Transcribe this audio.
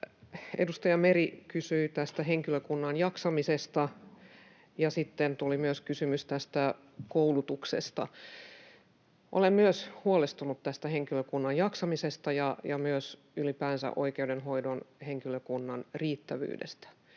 edustaja Meri kysyi henkilökunnan jaksamisesta, ja sitten tuli myös kysymys koulutuksesta. Olen myös huolestunut tästä henkilökunnan jaksamisesta ja myös ylipäänsä oikeudenhoidon henkilökunnan riittävyydestä.